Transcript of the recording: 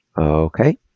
okay